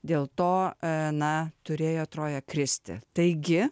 dėl to a na turėjo troja kristi taigi